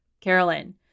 Carolyn